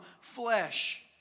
flesh